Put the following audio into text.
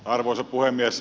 arvoisa puhemies